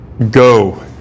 Go